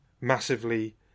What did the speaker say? massively